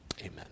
Amen